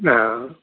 अँ